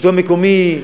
שלטון מקומי,